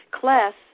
class